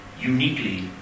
uniquely